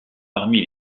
parmi